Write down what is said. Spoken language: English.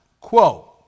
quote